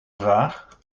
vraag